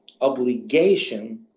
obligation